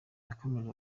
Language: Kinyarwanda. yakomeje